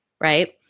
Right